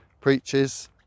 preaches